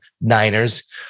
Niners